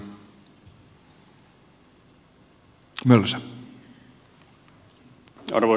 arvoisa puhemies